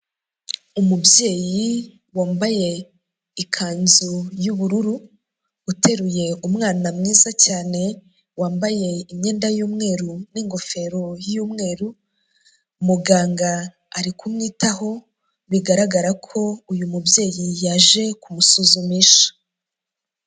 Umubyeyi wambaye ikanzu y'ubururu, uteruye umwana mwiza cyane wambaye imyenda y'umweru n'ingofero y'umweru muganga ari kumwitaho, bigaragara ko uyu mubyeyi yaje kumusuzumisha.